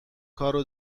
کار